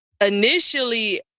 initially